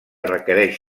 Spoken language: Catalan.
requereix